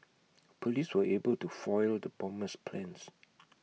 Police were able to foil the bomber's plans